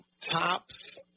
Tops